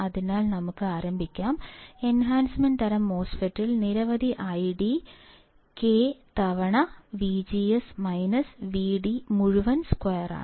അതിനാൽ നമുക്ക് ആരംഭിക്കാം എൻഹാൻസ്മെൻറ് തരം MOSFET ൽ നിലവിലെ ഐഡി K തവണ VGS മൈനസ് VT മുഴുവൻ സ്ക്വയറാണ്